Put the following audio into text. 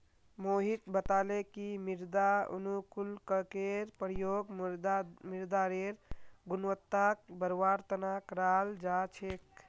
मोहित बताले कि मृदा अनुकूलककेर प्रयोग मृदारेर गुणवत्ताक बढ़वार तना कराल जा छेक